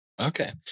Okay